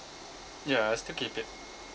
ya I still keep it